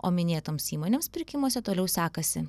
o minėtoms įmonėms pirkimuose toliau sekasi